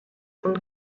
und